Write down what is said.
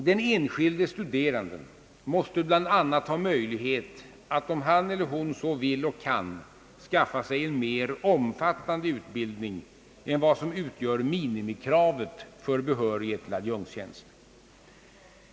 Den enskilde studeranden måste bl.a. ha möjlighet, om han eller hon så vill och kan, att skaffa sig en mer omfattande utbildning än vad som utgör minimikravet för behörighet för adjunktstjänst.